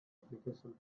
application